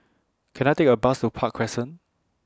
Can I Take A Bus to Park Crescent